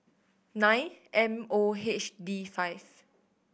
nine M O H D five